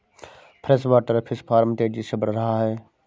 freshwater fish farm तेजी से बढ़ रहा है